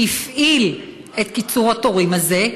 שהפעיל את קיצור התורים הזה,